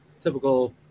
typical